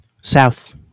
South